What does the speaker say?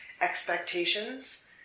expectations